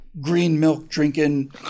green-milk-drinking